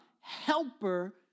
helper